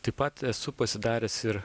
taip pat esu pasidaręs ir